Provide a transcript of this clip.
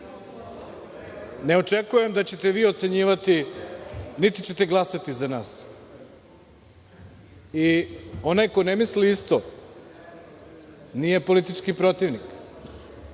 Ne očekujem da ćete vi ocenjivati, niti ćete glasati za nas. Onaj ko ne misli isto nije politički protivnik.